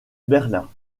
berlin